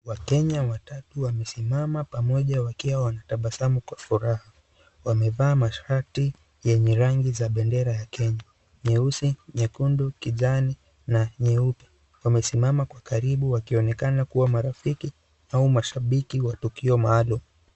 Wakenya watatu wamesimama pamoja wakiwa wanatabasamu kwa furaha. Wamevaa mashati yenye rangi bendera ya Kenya, nyeusi, nyekundu kijani na nyeupe. Wamesimama kwa karibu wakionekana kuwa marafiki au mashabiki wa tukio maalum.